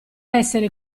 essere